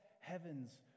heavens